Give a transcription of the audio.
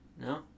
no